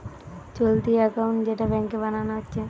চলতি একাউন্ট যেটা ব্যাংকে বানানা হচ্ছে